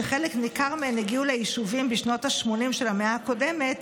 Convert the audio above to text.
שחלק ניכר מהן הגיעו ליישובים בשנות השמונים של המאה הקודמת,